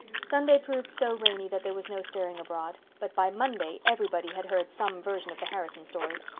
sunday proved so rainy that there was no stirring abroad but by monday everybody had heard some version of the harrison story.